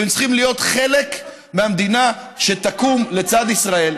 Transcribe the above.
והם צריכים להיות חלק מהמדינה שתקום לצד ישראל.